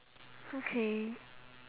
okay